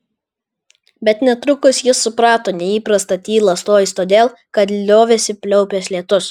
bet netrukus ji suprato neįprastą tylą stojus todėl kad liovėsi pliaupęs lietus